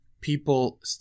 people